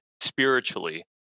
spiritually